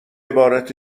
عبارت